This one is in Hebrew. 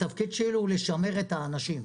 התפקיד שלי הוא לשמר את האנשים.